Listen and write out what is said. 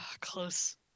Close